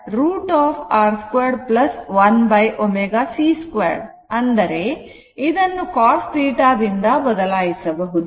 sin θ1 ω c √ R 2 1 ω c 2 ಅಂದರೆ ಇದನ್ನು cos θ ದಿಂದ ಬದಲಾಯಿಸಬಹುದು